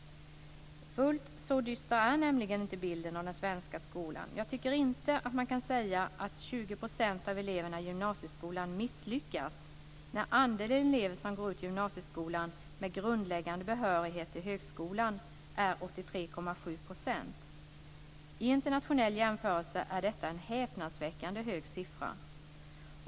Fullt så dyster är nämligen inte bilden av den svenska skolan. Jag tycker inte att man kan säga att 20 % av eleverna i gymnasieskolan misslyckas, när andelen elever som går ut gymnasieskolan med grundläggande behörighet till högskolan är 83,7 %. I internationell jämförelse är detta en häpnadsväckande hög siffra.